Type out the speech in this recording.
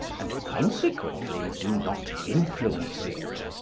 and consequently do not influence it.